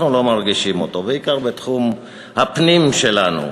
אנחנו לא מרגישים אותו, בעיקר בתחום הפנים שלנו.